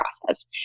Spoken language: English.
process